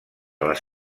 les